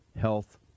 health